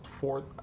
fourth